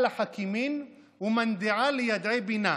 לְחַכִּימִין וּמַנְדְּעָא לְיָדְעֵי בִינָה",